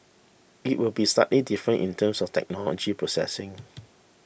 it would be slightly different in terms of technology processing